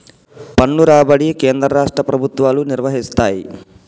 పన్ను రాబడి కేంద్ర రాష్ట్ర ప్రభుత్వాలు నిర్వయిస్తయ్